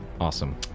Awesome